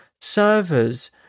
servers